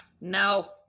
No